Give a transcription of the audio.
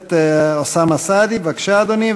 הכנסת אוסאמה סעדי, בבקשה, אדוני.